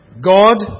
God